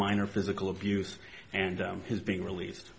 minor physical abuse and his being release